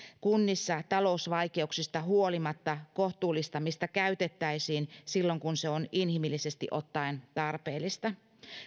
kunnissa talousvaikeuksista huolimatta kohtuullistamista käytettäisiin silloin kun se on inhimillisesti ottaen tarpeellista